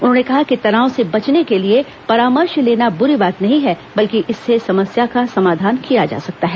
उन्होंने कहा कि तनाव से बचने के लिए परामर्श लेना बुरी बात नहीं है बल्कि इससे समस्या का समाधान किया जा सकता है